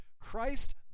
Christ